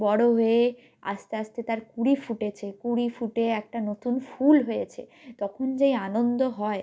বড় হয়ে আস্তে আস্তে তার কুঁড়ি ফুটেছে কুঁড়ি ফুটে একটা নতুন ফুল হয়েছে তখন যেই আনন্দ হয়